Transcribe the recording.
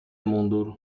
mundur